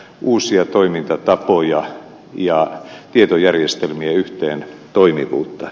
uusia toimintatapoja ja tietojärjestelmien yhteen toimivuutta